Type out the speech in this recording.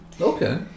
Okay